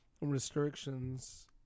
restrictions